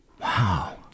Wow